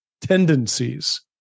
tendencies